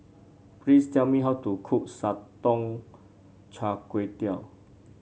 please tell me how to cook Sotong Char Kway